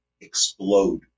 Explode